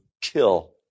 kill